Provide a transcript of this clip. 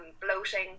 Bloating